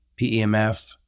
pemf